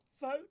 vote